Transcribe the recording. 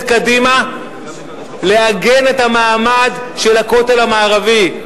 קדימה לעגן את המעמד של הכותל המערבי.